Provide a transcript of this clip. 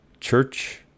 church